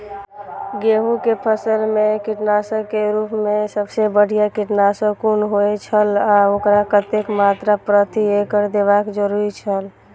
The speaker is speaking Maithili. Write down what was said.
गेहूं के फसल मेय कीटनाशक के रुप मेय सबसे बढ़िया कीटनाशक कुन होए छल आ ओकर कतेक मात्रा प्रति एकड़ देबाक जरुरी छल?